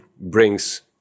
brings